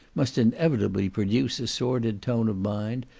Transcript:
must inevitably produce a sordid tone of mind,